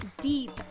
deep